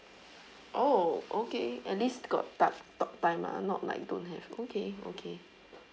oh okay at least got ta~ talk time lah not like don't have okay okay